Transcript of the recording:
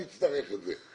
אני אצטרך את זה,